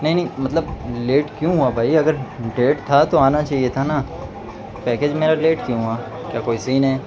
نہیں نہیں مطلب لیٹ کیوں ہوا بھائی اگر ڈیٹ تھا تو آنا چاہیے تھا نا پیکج میرا لیٹ کیوں ہوا کیا کوئی سین ہے